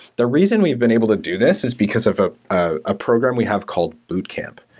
the reason we've been able to do this is because of a ah ah program we have called boot camp.